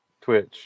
Twitch